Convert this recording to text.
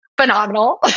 Phenomenal